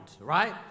right